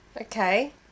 Okay